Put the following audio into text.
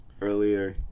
earlier